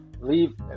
leave